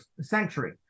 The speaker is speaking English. century